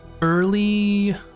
early